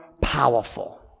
powerful